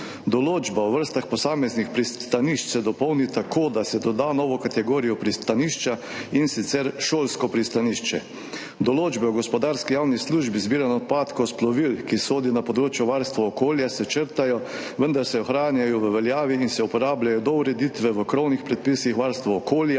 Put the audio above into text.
Določba o vrstah posameznih pristanišč se dopolni tako, da se doda nova kategorija pristanišča, in sicer šolsko pristanišče. Določbe o gospodarski javni službi zbiranja odpadkov s plovil, ki sodi na področje varstva okolja, se črtajo, vendar se ohranjajo v veljavi in se uporabljajo do ureditve v krovnih predpisih varstva okolja,